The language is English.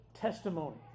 testimony